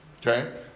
okay